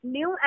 New